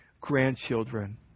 grandchildren